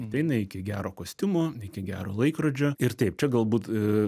ateina iki gero kostiumo iki gero laikrodžio ir taip čia galbūt